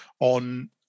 on